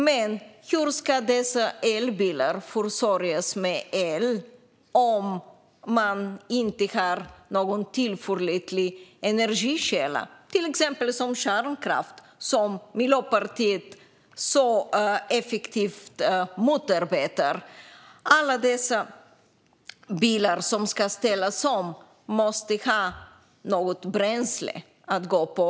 Men hur ska dessa elbilar försörjas med el om man inte har någon tillförlitlig energikälla, till exempel kärnkraft som Miljöpartiet så effektivt motarbetar? Alla dessa bilar som ska ställas om måste ha något bränsle att gå på.